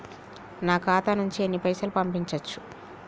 నా ఖాతా నుంచి ఎన్ని పైసలు పంపించచ్చు?